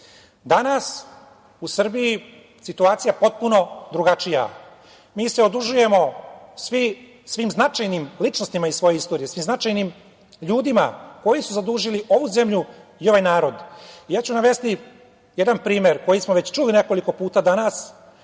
u Srbiji situacija je potpuno drugačija. Mi se odužujemo svim značajnim ličnostima svoje istorije, svim značajnim ljudima koji su zadužili ovu zemlju i ovaj narod. Navešću jedan primer koji smo čuli već nekoliko puta danas,